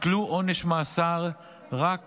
הוטל עונש מאסר רק